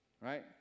Right